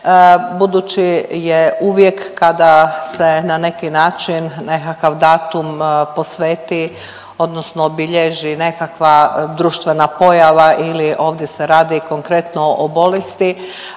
budući je uvijek kada se na neki način nekakav datum posveti odnosno obilježi nekakva društvena pojava ili ovdje se radi konkretno o bolesti.